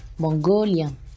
Mongolian